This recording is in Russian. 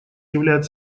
являет